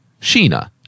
Sheena